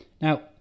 Now